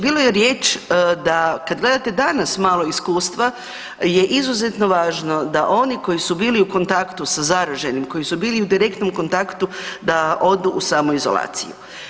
Bilo je riječ da kad gledate danas malo iskustva je izuzetno važno da oni koji su bili u kontaktu sa zaraženim, koji su bili u direktnom kontaktu, da odu u samoizolaciju.